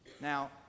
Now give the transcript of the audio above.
Now